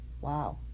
Wow